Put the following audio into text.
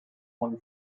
one